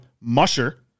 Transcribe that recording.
musher